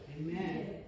Amen